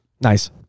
Nice